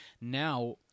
Now